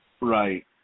Right